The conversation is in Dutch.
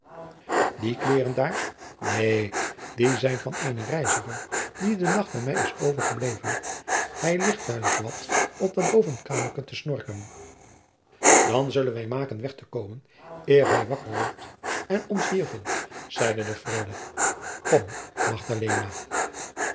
kleêren daôr neen die zijn van eenen reiziger die de nacht bij mij is over ebleven hum leit daôr nog op dat bovenkaômerke te snorken dan zullen wij maken weg te komen eer hij wakker wordt en ons hier vindt zeide de freule kom